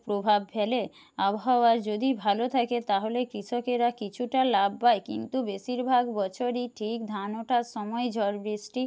প্রভাব ফেলে আবহাওয়া যদি ভালো থাকে তাহলে কৃষকেরা কিছুটা লাভ পায় কিন্তু বেশিরভাগ বছরই ঠিক ধান ওঠার সময় ঝড় বৃষ্টি